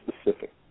specific